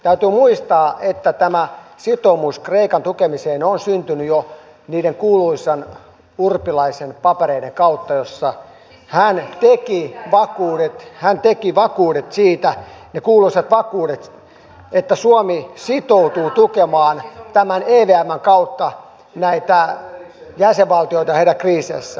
täytyy muistaa että tämä sitoumus kreikan tukemiseen on syntynyt jo niiden kuuluisien urpilaisen papereiden kautta joissa hän teki vakuudet siitä ne kuuluisat vakuudet että suomi sitoutuu tukemaan tämän evmn kautta näitä jäsenvaltioita heidän kriiseissään